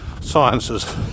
sciences